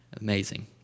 Amazing